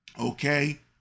Okay